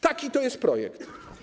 Taki to jest projekt.